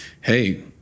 hey